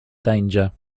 danger